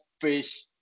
fish